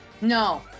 no